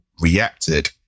reacted